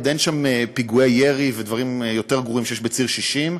עוד אין שם פיגועי ירי ודברים יותר גרועים שיש בציר 60,